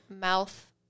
mouth